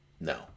No